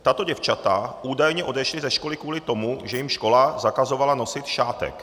Tato děvčata údajně odešla ze školy kvůli tomu, že jim škola zakazovala nosit šátek.